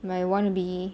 my want to be